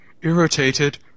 irritated